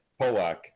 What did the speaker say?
Polak